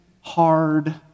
hard